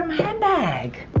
handbag!